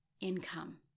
income